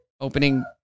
opening